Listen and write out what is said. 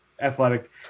athletic